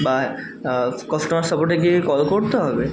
বা কাস্টমার সাপোর্টে গিয়ে কল করতে হবে